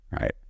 right